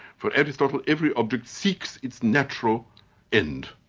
for aristotle, every object seeks its natural end,